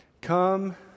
Come